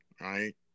Right